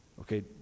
Okay